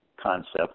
concept